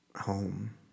home